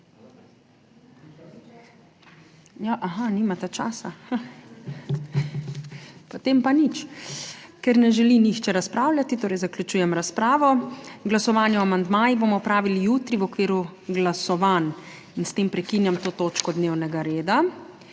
aha, nimate časa, potem pa nič. Ker ne želi nihče razpravljati, torej zaključujem razpravo. Glasovanje o amandmajih bomo opravili jutri, v okviru glasovanj. S tem prekinjam to točko dnevnega reda.